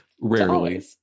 Rarely